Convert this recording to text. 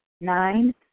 Nine